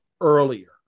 earlier